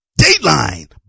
Dateline